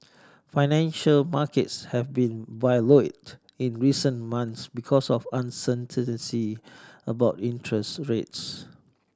financial markets have been volatile in recent months because of uncertainty about interest rates